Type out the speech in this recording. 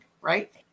right